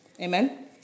Amen